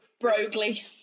Broglie